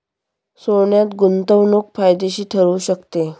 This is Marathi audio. सोन्यात गुंतवणूक फायदेशीर ठरू शकते